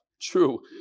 True